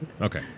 Okay